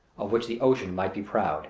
of which the ocean might be proud